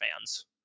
fans